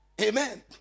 Amen